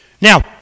Now